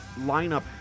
lineup